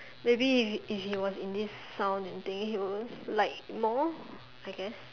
maybe if if he was in this sound and thing he will like more I guess